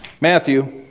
Matthew